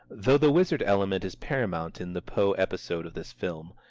though the wizard element is paramount in the poe episode of this film,